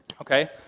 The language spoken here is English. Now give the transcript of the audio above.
Okay